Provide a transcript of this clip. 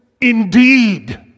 indeed